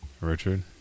richard